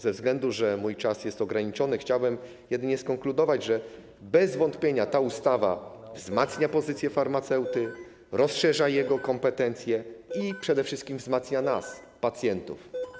Ze względu na to, że mój czas jest ograniczony, chciałbym jedynie skonkludować, że bez wątpienia ta ustawa wzmacnia pozycję farmaceuty, rozszerza jego kompetencje i przede wszystkim wzmacnia nas, pacjentów.